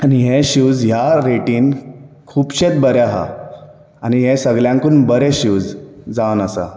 आनी हे शूज ह्या रेटीन खुबशें बरें आहा आनी हे सगल्यांकून बरें शूज जावन आसा